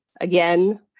again